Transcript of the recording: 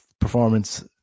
performance